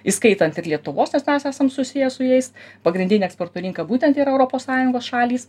įskaitant ir lietuvos nes mes esam susiję su jais pagrindinė eksporto rinka būtent yra europos sąjungos šalys